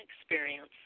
experience